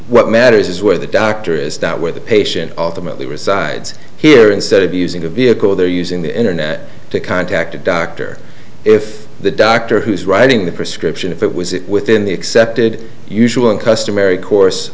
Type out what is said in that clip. what matters is where the doctor is not where the patient ultimately resides here instead of using a vehicle they're using the internet to contact a doctor if the doctor who's writing the prescription if it was it within the accepted usual and customary course